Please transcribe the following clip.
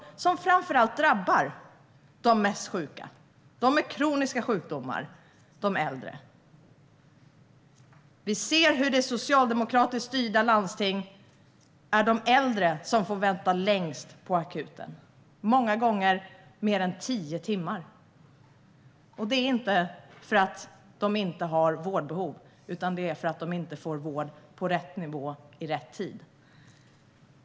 De drabbar framför allt de mest sjuka, de med kroniska sjukdomar och de äldre. Vi ser hur det i socialdemokratiskt styrda landsting är de äldre som får vänta längst på akuten - många gånger mer än tio timmar. Det beror inte på att de inte har vårdbehov utan på att de inte får vård på rätt nivå i rätt tid.